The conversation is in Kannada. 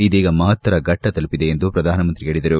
ಇದೀಗ ಮಹತ್ತರ ಘಟ್ನ ತಲುಪದೆ ಎಂದು ಪ್ರಧಾನಮಂತ್ರಿ ಹೇಳಿದರು